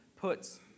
puts